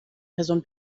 person